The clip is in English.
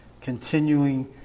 continuing